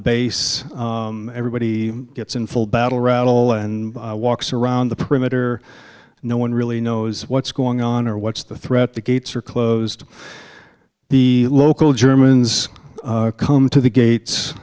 the base everybody gets in full battle rattle and walks around the perimeter and no one really knows what's going on or what's the threat the gates are closed the local germans come to the gates